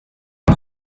uyu